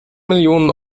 millionen